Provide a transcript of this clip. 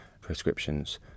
prescriptions